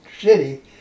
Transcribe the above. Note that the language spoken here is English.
city